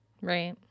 Right